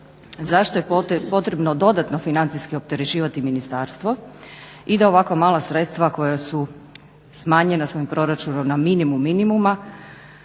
Zašto je potrebno dodatno financijski opterećivati ministarstvo i da ovakva mala sredstva koja su smanjena svojim proračunom na minimum minimuma